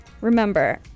Remember